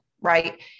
right